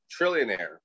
trillionaire